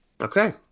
Okay